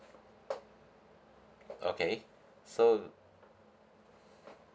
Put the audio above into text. okay so